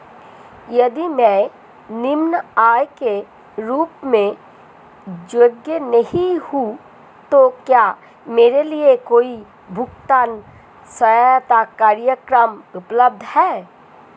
यदि मैं निम्न आय के रूप में योग्य नहीं हूँ तो क्या मेरे लिए कोई भुगतान सहायता कार्यक्रम उपलब्ध है?